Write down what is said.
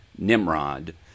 Nimrod